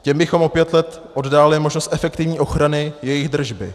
Těm bychom o pět let oddálili možnost efektivní ochrany jejich držby.